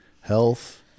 health